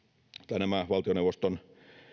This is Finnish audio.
tai nämä valtioneuvoston